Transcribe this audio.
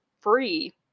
free